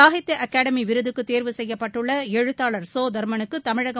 சாகித்ய அகாடமி விருதுக்கு தேர்வு செய்யப்பட்டுள்ள எழுத்தாளர் சோ தர்மனுக்கு தமிழக